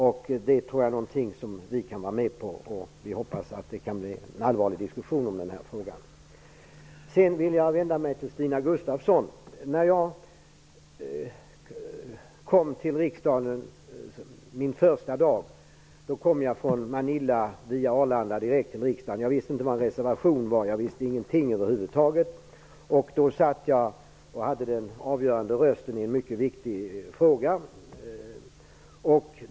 Jag tror att det är någonting som vi kan hålla med om. Jag hoppas att det blir en allvarlig diskussion om den här frågan. Sedan vill jag vända mig till Stina Gustavsson. Till min första dag på riksdagen kom jag direkt från Manila via Arlanda. Jag visste inte vad en reservation var. Jag visste över huvud taget ingenting. Jag hade den avgörande rösten i en mycket viktig fråga.